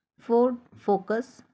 ford focus